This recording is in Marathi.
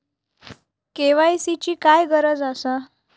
के.वाय.सी ची काय गरज आसा?